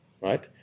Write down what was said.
right